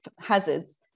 hazards